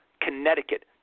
Connecticut